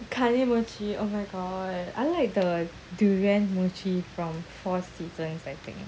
mochi oh my god I like the durian mochi from Four Seasons I think